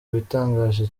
bitangaje